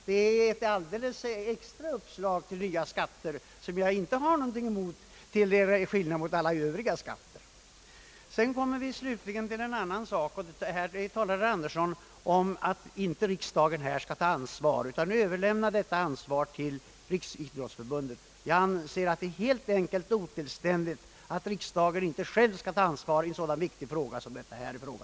Detta är ett alideles extra uppslag till nya skatter, som jag inte skulle ha någonting emot att se förverkligat — till skillnad från alla övriga skatter. Slutligen talade herr Andersson om att riksdagen inte skall ta ansvar utan överlämna detta till Riksidrottsförbundet. Jag anser det helt enkelt otillständigt att riksdagen inte själv skall ta ansvar i en så viktig fråga som denna.